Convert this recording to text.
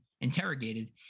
interrogated